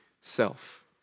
self